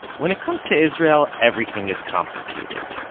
when it comes to israel, everything is complicated.